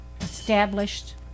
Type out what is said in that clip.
established